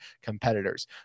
competitors